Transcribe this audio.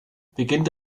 beginnt